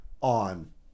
on